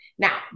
Now